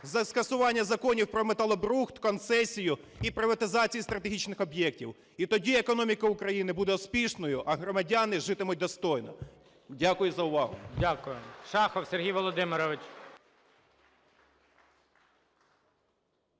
Скасування законів про металобрухт, концесію і приватизацію стратегічних об'єктів. І тоді економіка України буде успішною, а громадяни житимуть достойно. Дякую за увагу. ГОЛОВУЮЧИЙ. Дякую. Шахов Сергій Володимирович.